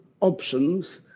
options